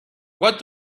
what